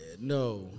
no